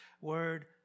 word